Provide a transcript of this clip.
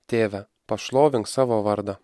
tėve pašlovink savo vardą